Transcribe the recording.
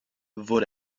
wurde